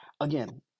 Again